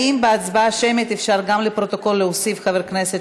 האם בהצבעה שמית אפשר גם לפרוטוקול להוסיף חבר כנסת,